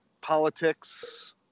politics